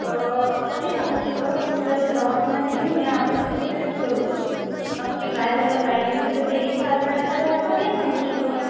तर असं नाही सांगू शकत तुम्ही त्याला दवाखान्यात घेऊन या आपण त्याच्या टेस्ट करु नक्की काय झालं काय नाही तर ते इथं आल्याशिवाय आपण नाही सांगू शकत